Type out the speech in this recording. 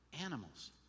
animals